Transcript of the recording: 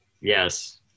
Yes